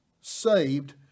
saved